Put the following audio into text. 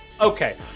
okay